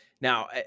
Now